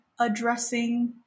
addressing